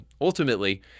Ultimately